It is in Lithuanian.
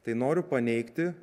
tai noriu paneigti